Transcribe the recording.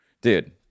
Dude